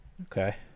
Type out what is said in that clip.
Okay